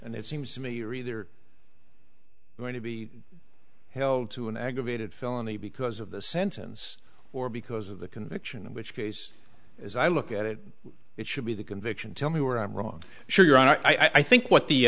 and it seems to me you're either going to be held to an aggravated felony because of the sentence or because of the conviction in which case as i look at it it should be the conviction tell me where i'm wrong sure your honor i think what the